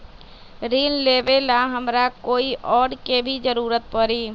ऋन लेबेला हमरा कोई और के भी जरूरत परी?